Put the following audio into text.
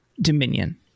Dominion